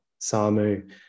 Samu